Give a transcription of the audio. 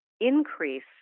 Increase